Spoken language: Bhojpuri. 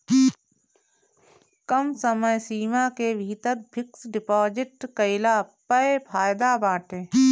कम समय सीमा के भीतर फिक्स डिपाजिट कईला पअ फायदा बाटे